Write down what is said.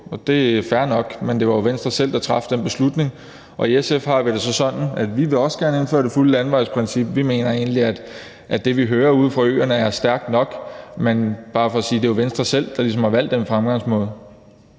Det er fair nok, men det var Venstre selv, der traf den beslutning. I SF har vi det sådan, at vi også gerne vil indføre det fulde landevejsprincip. Vi mener egentlig, at det, vi hører ude fra øerne, er stærkt nok. Men det er bare for at sige, at det jo er Venstre selv, der ligesom har valgt den fremgangsmåde.